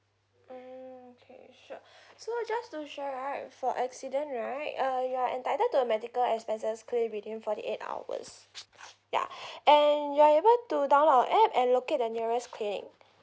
mm okay sure so just to share right for accident right uh you're entitled to a medical expenses claim within forty eight hours ya and you're able to download our app and locate the nearest clinic